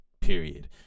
period